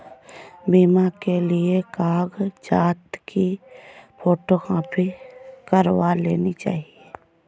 बीमा के कागजात की फोटोकॉपी करवा लेनी चाहिए